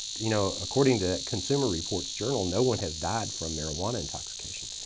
you know, according to consumer reports journal, no one has died from marijuana intoxication.